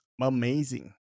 amazing